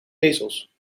ezels